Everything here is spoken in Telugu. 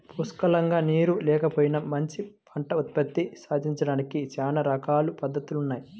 పుష్కలంగా నీరు లేకపోయినా మంచి పంట ఉత్పత్తి సాధించడానికి చానా రకాల పద్దతులున్నయ్